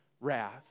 wrath